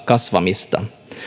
kasvamista